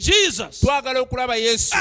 Jesus